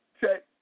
Check